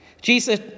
Jesus